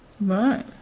right